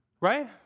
right